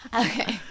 Okay